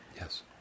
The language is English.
Yes